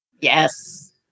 Yes